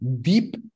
deep